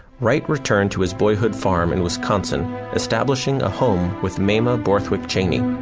wright returned to his boyhood farm in wisconsin establishing a home with mamah borthwick cheney.